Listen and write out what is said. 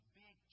big